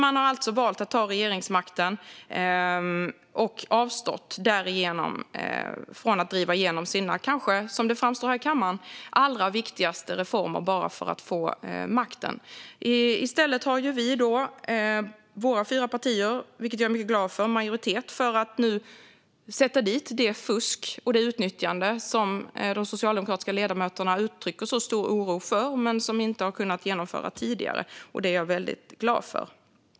Man har alltså valt att ta regeringsmakten och därmed avstått från att driva igenom sina kanske, som det framstår här i kammaren, allra viktigaste reformer - bara för att få makten. I stället har, och det är jag mycket glad för, våra fyra partier majoritet för att nu sätta dit det fusk och det utnyttjande som de socialdemokratiska ledamöterna uttrycker så stor oro för, vilket inte har kunnat genomföras tidigare. Detta är jag väldigt glad för.